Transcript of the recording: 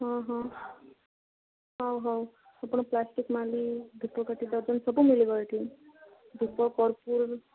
ହଁ ହଁ ହଉ ହଉ ଆପଣ ପ୍ଲାଷ୍ଟିକ୍ ମାଳି ଧୂପକାଠି ଡର୍ଜନ ସବୁ ମିଳିବ ଏଇଠି ଧୂପ କର୍ପୁର